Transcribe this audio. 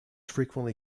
frequently